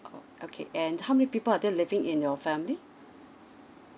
okay and how many people are there living in your family